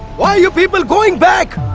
why are you people going back?